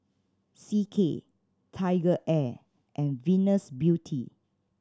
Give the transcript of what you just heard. C K TigerAir and Venus Beauty